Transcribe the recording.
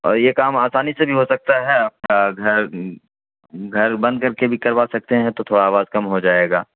اور یہ کام آسانی سے نہیں ہو سکتا ہے آپ کا گھر گھر بند کر کے بھی کروا سکتے ہیں تو تھوڑا آواز کم ہو جائے گا